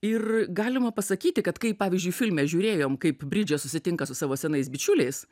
ir galima pasakyti kad kaip pavyzdžiui filme žiūrėjom kaip bridžė susitinka su savo senais bičiuliais